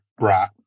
Right